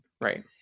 Right